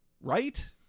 right